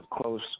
close